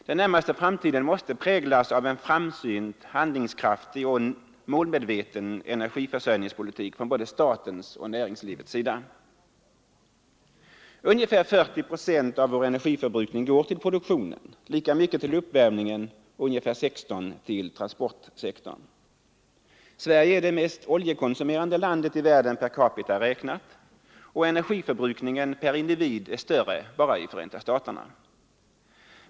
Den närmaste framtiden måste präglas av en framsynt, handlingskraftig och målmedveten energiförsörjningspolitik både från statens och från näringslivets sida. Ungefär 40 procent av vår energiförbrukning går till produktionen, lika mycket till uppvärmningen och ungefär 16 procent till transporterna. Sverige är det mest oljekonsumerande landet i världen per capita räknat, och energiförbrukningen per individ är större bara i Förenta staterna.